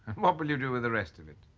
what will you do with the rest of it?